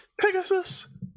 Pegasus